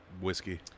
whiskey